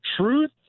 truth